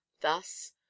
thus